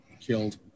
killed